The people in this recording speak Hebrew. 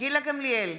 גילה גמליאל,